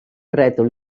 rètol